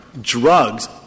drugs